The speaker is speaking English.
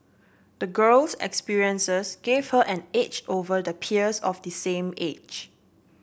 the girl's experiences gave her an edge over the peers of the same age